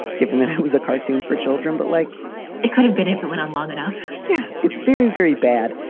given that it was a cartoon for children, but like it could have been if it went on long enough. yeah, it's very, very bad.